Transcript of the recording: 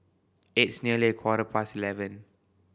its nearly a quarter past eleven